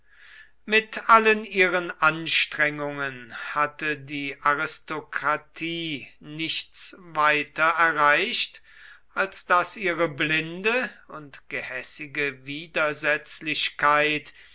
mit allen ihren anstrengungen hatte die aristokratie nichts weiter erreicht als daß ihre blinde und gehässige widersetzlichkeit